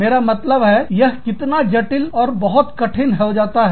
मेरा मतलब है यह इतना जटिल और बहुत ही कठिन हो जाता है